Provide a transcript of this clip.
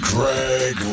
Greg